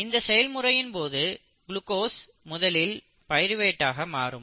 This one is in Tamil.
இந்த செயல்முறையின் போது குளுக்கோஸ் முதலில் பைருவேட்டாக மாறும்